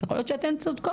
יכול להיות שאת צודקת.